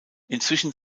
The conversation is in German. inzwischen